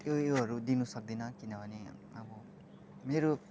त्यो योहरू दिनु सक्दिनँ किनभने अब मेरो